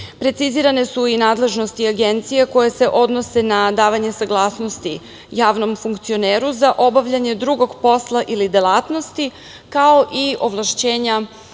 Precizirane su i nadležnosti agencija koje se odnose na davanje saglasnosti javnom funkcioneru za obavljanje drugog posla ili delatnosti, kao i ovlašćenja